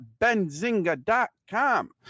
benzinga.com